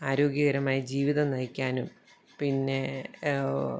ആരോഗ്യകരമായ ജീവിതം നയിക്കാനും പിന്നെ